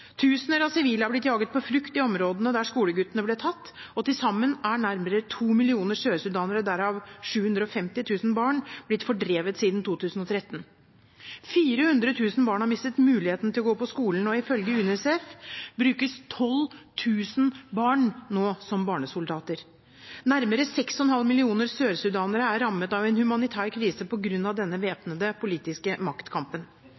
Tusener av sivile er blitt jaget på flukt i områdene der skoleguttene ble tatt, og til sammen er nærmere to millioner sørsudanere – derav 750 000 barn – blitt fordrevet siden 2013. 400 000 barn har mistet mulighet til å gå på skolen, og ifølge UNICEF brukes 12 000 barn nå som barnesoldater. Nærmere 6,5 millioner sørsudanere er rammet av en humanitær krise på grunn av denne væpnede, politiske maktkampen.